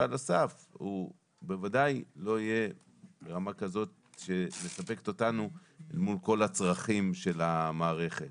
הוא בוודאי לא יהיה ברמה שמספקת אותנו מול כל הצרכים של המערכת.